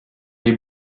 les